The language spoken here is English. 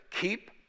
Keep